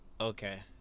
Okay